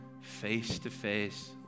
face-to-face